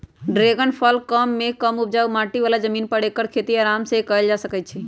dragon फल कम मेघ कम उपजाऊ माटी बला जमीन पर ऐकर खेती अराम सेकएल जा सकै छइ